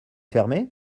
fermé